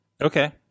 Okay